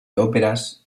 óperas